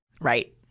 Right